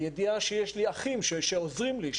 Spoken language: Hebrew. הידיעה שיש לי אחים שעוזרים לי,